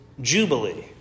jubilee